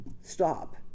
stop